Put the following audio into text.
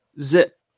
zip